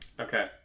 Okay